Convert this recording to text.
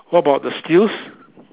what about the stills